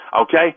Okay